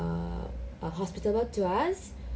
hospitable to us